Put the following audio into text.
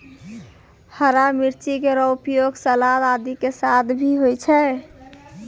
हरा मिर्च केरो उपयोग सलाद आदि के साथ भी होय छै